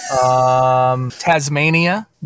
Tasmania